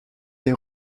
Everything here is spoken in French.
les